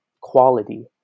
quality